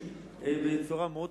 בצורה מאוד,